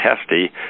testy